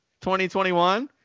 2021